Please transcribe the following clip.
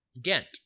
Ghent